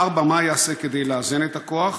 4. מה ייעשה כדי לאזן את הכוח?